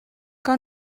que